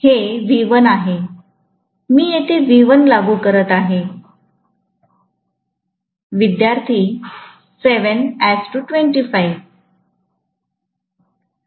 हे V1आहे मी येथे V1 लागू करत आहे